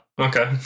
okay